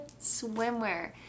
swimwear